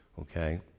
Okay